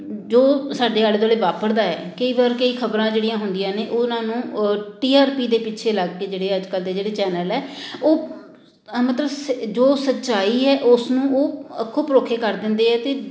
ਜੋ ਸਾਡੇ ਆਲੇ ਦੁਆਲੇ ਵਾਪਰਦਾ ਹੈ ਕਈ ਵਾਰ ਕਈ ਖਬਰਾਂ ਜਿਹੜੀਆਂ ਹੁੰਦੀਆਂ ਨੇ ਉਹਨਾਂ ਨੂੰ ਟੀ ਆਰ ਪੀ ਦੇ ਪਿੱਛੇ ਲੱਗ ਕੇ ਜਿਹੜੇ ਆ ਅੱਜ ਕੱਲ੍ਹ ਦੇ ਜਿਹੜੇ ਚੈਨਲ ਹੈ ਉਹ ਮਤਲਬ ਸ ਜੋ ਸੱਚਾਈ ਹੈ ਉਸ ਨੂੰ ਉਹ ਅੱਖੋ ਪਰੋਖੇ ਕਰ ਦਿੰਦੇ ਆ ਅਤੇ